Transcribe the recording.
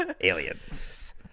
Aliens